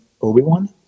Obi-Wan